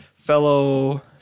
fellow